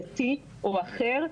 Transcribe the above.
דתי או אחר,